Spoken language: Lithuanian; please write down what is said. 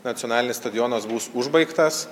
nacionalinis stadionas bus užbaigtas